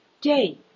day